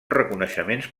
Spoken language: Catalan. reconeixements